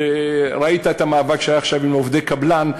וראית את המאבק שהיה עכשיו עם עובדי קבלן.